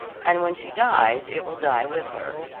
and when she dies it will die with her.